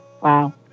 Wow